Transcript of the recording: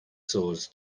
swords